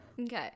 Okay